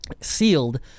sealed